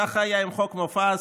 ככה היה עם חוק מופז